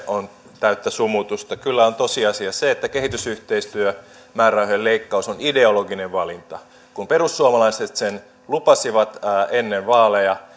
on täyttä sumutusta kyllä on tosiasia se että kehitysyhteistyömäärärahojen leikkaus on ideologinen valinta kun perussuomalaiset sen lupasivat ennen vaaleja